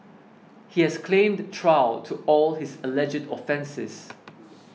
he has claimed trial to all his alleged offences